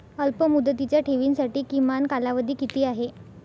अल्पमुदतीच्या ठेवींसाठी किमान कालावधी किती आहे?